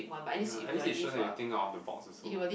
you know at least it shows that you think out of the box also